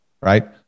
right